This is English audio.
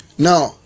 Now